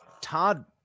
Todd